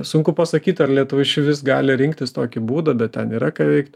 sunku pasakyt ar lietuva išvis gali rinktis tokį būdą bet ten yra ką veikt